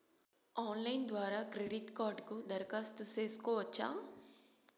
Online ద్వారా credit కార్డుకు దరఖాస్తు సేసుకోవచ్చా?